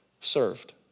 served